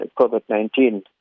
COVID-19